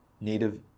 native